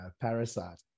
Parasite